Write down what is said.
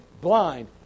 blind